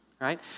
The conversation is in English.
right